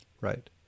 Right